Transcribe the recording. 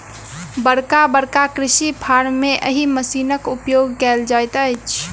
बड़का बड़का कृषि फार्म मे एहि मशीनक उपयोग कयल जाइत अछि